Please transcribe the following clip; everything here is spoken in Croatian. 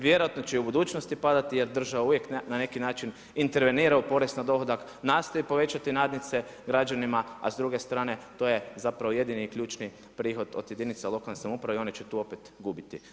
Vjerojatno će i u budućnosti padati jer država uvijek na neki način intervenira u porez na dohodak, nastoji povećati nadnice građanima, a s druge strane to je jedini ključni prihod od jedinica lokalne samouprave i one će tu opet gubiti.